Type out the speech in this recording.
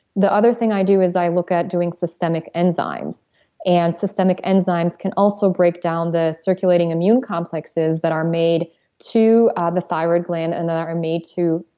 the other thing i do is i look at doing systemic enzymes and systemic enzymes can also break down the circulating immune complexes that are made to ah the thyroid gland and are made to.